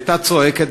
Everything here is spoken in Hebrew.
את צועקת,